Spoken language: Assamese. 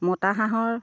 মতা হাঁহৰ